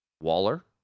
Waller